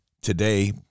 today